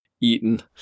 eaten